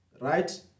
right